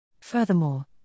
Furthermore